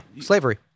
slavery